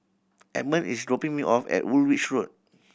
Edmund is dropping me off at Woolwich Road